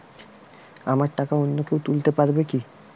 আমার টাকা অন্য কেউ তুলতে পারবে কি?